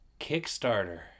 Kickstarter